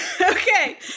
Okay